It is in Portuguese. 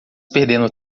perdendo